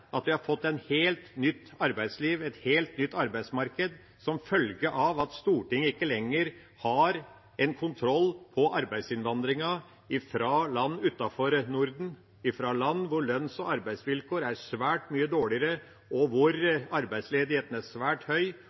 at vi har fått et helt nytt arbeidsliv, et helt nytt arbeidsmarked som følge av at Stortinget ikke lenger har kontroll på arbeidsinnvandringen fra land utenfor Norden, fra land hvor lønns- og arbeidsvilkår er svært mye dårligere, hvor arbeidsledigheten er svært høy,